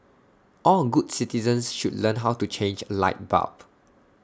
all good citizens should learn how to change A light bulb